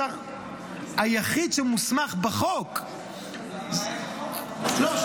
היחיד שמוסמך בחוק --- למה,